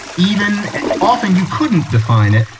even often you couldn't define it.